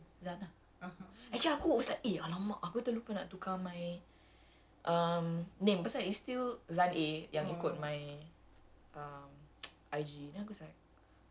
zan ah actually aku was like !alamak! aku terlupa nak tukar my um name pasal it's still zan A yang ikut my um I_G and aku was like